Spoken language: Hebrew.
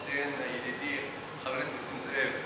כמו שציין ידידי חבר הכנסת נסים זאב,